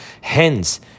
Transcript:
Hence